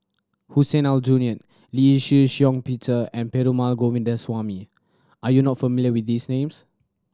Hussein Aljunied Lee Shih Shiong Peter and Perumal Govindaswamy are you not familiar with these names